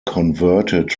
converted